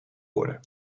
worden